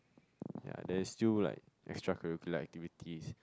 ya there's still like extra curricular activities